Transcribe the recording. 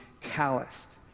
calloused